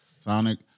Sonic